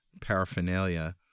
paraphernalia